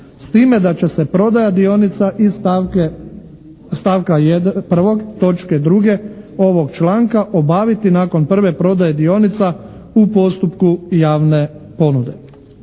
s time da će se prodaja dionica iz stavka 1. točke 2. ovog članka obaviti nakon prve prodaje dionica u postupku javne ponude".